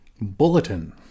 Bulletin